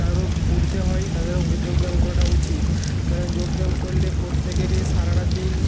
তারও ঊর্ধ্বে হয় তাদেরও যোগব্যাম করাটা উচিত কারণ যোগব্যাম করলে প্রত্যেকেরই সারাটা দিন